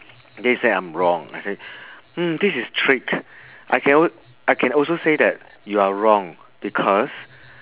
then he said I'm wrong I say hmm this is trick I can al~ I can also say that you are wrong because